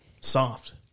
Soft